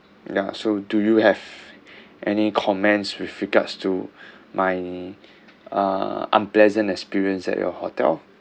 ya so do you have any comments with regards to my uh unpleasant experience at your hotel